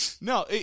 No